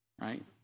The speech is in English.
right